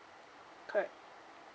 correct